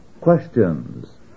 questions